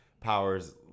powers